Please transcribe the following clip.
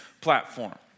platform